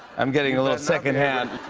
i'm getting a little secondhand.